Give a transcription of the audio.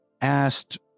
asked